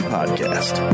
podcast